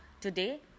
Today